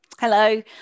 Hello